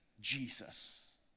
Jesus